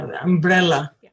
umbrella